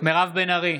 מירב בן ארי,